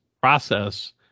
process